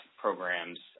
programs